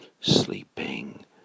sleeping